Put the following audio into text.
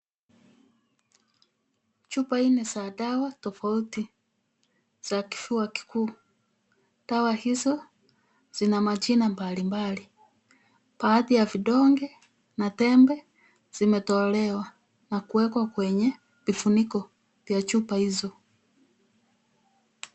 Chupa nne za dawa tofauti za kifua kikuu, dawa hizo zina majina mbalimbali baadhi ya vidonge na tembe vimetolewa na kuwekwa kwenye vifiniko vya chupa hizo.